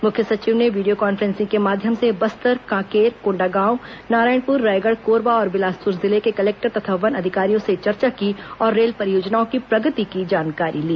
मुख्य सचिव ने वीडियो कान्फ्रेंसिंग के माध्यम से बस्तर कांकेर कोंडागांव नारायणपुर रायगढ़ कोरबा और बिलासपुर जिले के कलेक्टर तथा वन अधिकारियों से चर्चा की और रेल परियोजनाओं के प्रगति की जानकारी ली